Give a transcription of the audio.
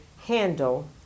handle